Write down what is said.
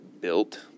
Built